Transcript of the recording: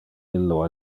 illo